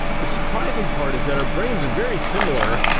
the surprising part is that our brains are very similar.